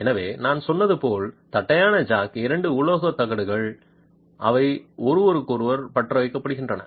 எனவே நான் சொன்னது போல் தட்டையான ஜாக் இரண்டு உலோக தகடுகள் அவை ஒருவருக்கொருவர் பற்றவைக்கப்படுகின்றன